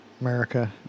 America